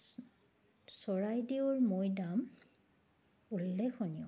চৰাইদেউৰ মৈদাম উল্লেখনীয়